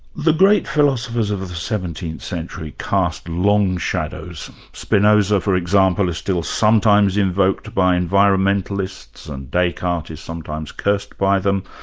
the great philosophers of ah the seventeenth century cast long shadows. spinoza, for example is still sometimes invoked by environmentalists, and descartes is sometimes cursed by them,